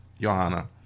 Johanna